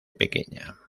pequeña